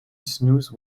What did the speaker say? snooze